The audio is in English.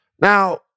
Now